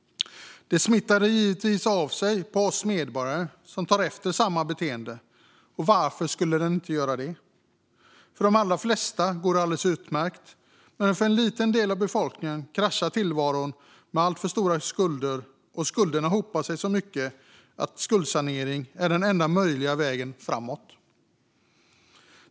Det smittar givetvis av sig på oss medborgare som tar efter samma beteende. Varför skulle det inte göra det? För de allra flesta går det alldeles utmärkt. Men för en liten del av befolkningen kraschar tillvaron med alltför stora skulder, och skulderna hopar sig så mycket att skuldsanering är den enda möjliga vägen framåt.